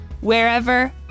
wherever